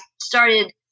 started